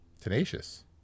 tenacious